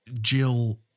Jill